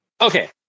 Okay